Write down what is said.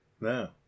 No